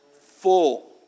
Full